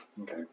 Okay